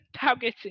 targeting